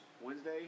Wednesday